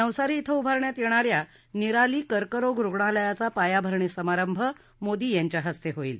नवसारी इथं उभारण्यात येणा या निराली कर्करोग रुग्णालयाचा पायाभरणी समारंभ मोदी यांच्या हस्ते होईल